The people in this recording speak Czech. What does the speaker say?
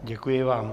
Děkuji vám.